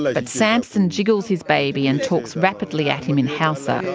like but sampson jiggles his baby and talks rapidly at him in hausa,